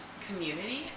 community